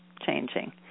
changing